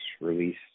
release